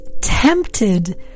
tempted